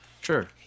Sure